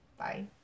Bye